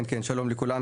שלום לכולם,